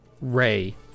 Ray